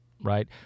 right